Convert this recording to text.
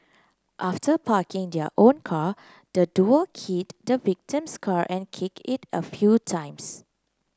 after parking their own car the duo keyed the victim's car and kicked it a few times